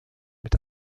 mit